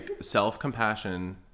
self-compassion